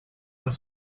were